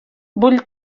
vull